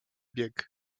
bieg